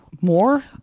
more